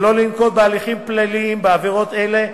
שלא לנקוט הליכים פליליים בעבירות אלו,